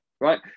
right